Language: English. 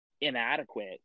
inadequate